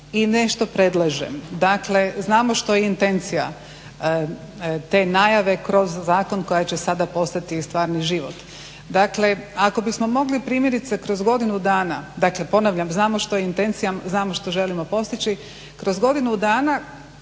i nešto predlažem. Dakle znamo što je intencija te najave kroz zakon koja će sada postati i stvarni život. Dakle ako bismo mogli primjerice kroz godinu, dakle ponavljam znamo što je intencija, znamo što želimo postići, kroz godinu dana